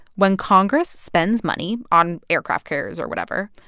when congress spends money on aircraft carriers or whatever,